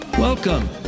Welcome